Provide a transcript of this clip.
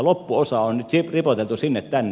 loppuosa on nyt ripoteltu sinne tänne